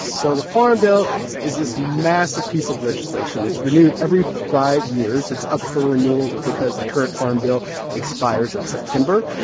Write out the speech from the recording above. so the farm bill is this massive piece of legislation. it's renewed every five years. it's up for renewal because the current farm bill expires in september.